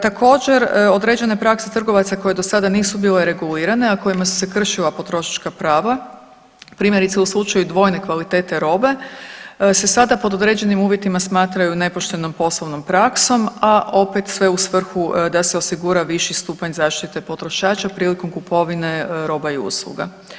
Također određene prakse trgovaca koje do sada nisu bile regulirane, a kojima su se kršila potrošačka prava primjerice u slučaju dvojne kvalitete robe se sada pod određenim uvjetima smatraju nepoštenom poslovnom praksom, a opet sve u svrhu da se osigura viši stupanj zaštite potrošača prilikom kupovine roba i usluga.